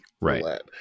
right